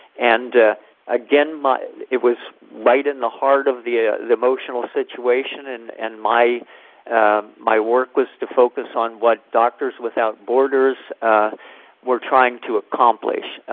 and again, and it was right in the heart of the ah the emotional situation, and and my my work was to focus on what doctors without borders were trying to accomplish.